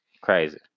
Crazy